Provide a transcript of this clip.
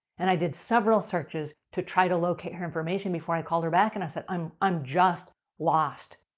and i did several searches to try to locate her information before i called her back and i said, i'm i'm just lost.